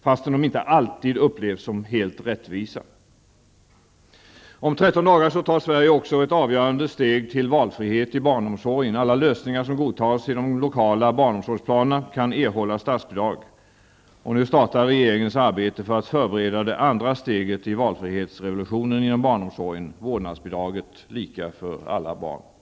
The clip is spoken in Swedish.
fast de inte alltid upplevs som helt rättvisa. Om 13 dagar tar Sverige också ett avgörande steg mot valfrihet i barnomsorgen. Alla lösningar som godtas i de lokala barnomsorgsplanerna kan erhålla statsbidrag. Nu startar regeringens arbete för att förbereda det andra steget i valfrihetsrevolutionen inom barnomsorgen -- vårdnadsbidraget, lika för alla barn.